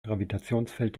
gravitationsfeld